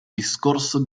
discorso